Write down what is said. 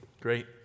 Great